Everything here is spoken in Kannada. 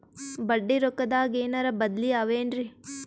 ಬಡ್ಡಿ ರೊಕ್ಕದಾಗೇನರ ಬದ್ಲೀ ಅವೇನ್ರಿ?